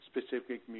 specific